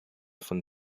von